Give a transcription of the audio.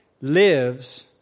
lives